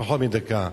פחות מדקה,